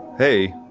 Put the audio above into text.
hey,